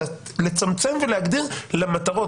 לצמצם ולהגדיר למטרות.